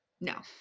No